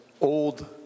old